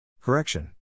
Correction